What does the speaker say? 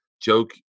joke